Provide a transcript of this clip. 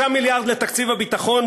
6 מיליארד לתקציב הביטחון,